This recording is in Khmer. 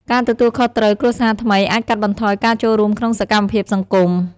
ការទទួលខុសត្រូវគ្រួសារថ្មីអាចកាត់បន្ថយការចូលរួមក្នុងសកម្មភាពសង្គម។